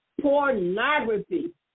Pornography